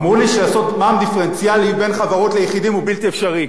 אמרו לי שלעשות מע"מ דיפרנציאלי בין חברות ליחידים זה בלתי אפשרי.